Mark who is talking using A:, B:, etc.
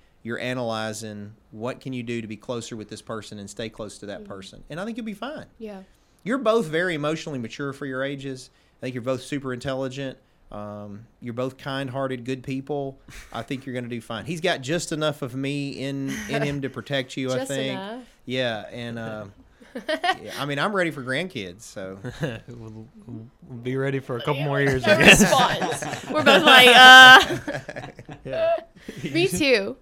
A: you're analyzing what can you do to be closer with this person and stay close to that
B: Mhm.
A: person, and I think you'll be fine.
B: Yeah.
A: You're both very emotionally mature for your ages. I think you're both super intelligent. Um, you're both kind-hearted, good people. I think you're gonna do fine. He's got just enough of me in- in him to protect you, I
B: Just
A: think.
B: enough?
A: Yeah, and, uh, yeah, I mean, I'm ready for grandkids, so.
C: We'll- we'll be ready for a couple
B: Yeah.
C: more years,
B: No
C: I guess.
B: response. We're both like, uh.
C: Yeah.
B: Me too.